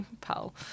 pal